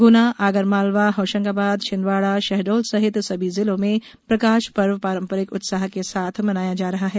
गुना आगरमालवा होशंगाबाद छिंदवाड़ा शहडोल सहित सभी जिलों में प्रकाश पर्व पारंपरिक उत्साह के साथ मनाया जा रहा है